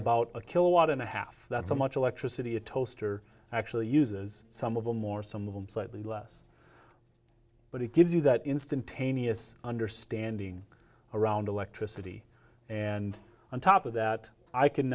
about a kilowatt and a half that's so much electricity a toaster actually uses some of them or some of them slightly less but it gives you that instantaneous understanding around electricity and on top of that i can